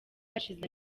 hashize